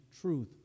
truth